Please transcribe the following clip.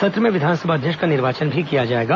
सत्र में विधानसभा अध्यक्ष का निर्वाचन भी किया जाएगा